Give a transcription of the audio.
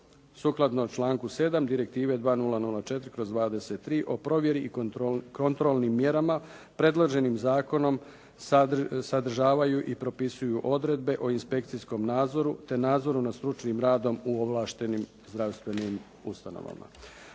sukladno članku 7. Direktive 2004/23 o provjeri i kontrolnim mjerama predloženim zakonom sadržavaju i propisuju odredbe o inspekcijskom nadzoru te nadzoru nad stručnim radom u ovlaštenim zdravstvenim ustanovama.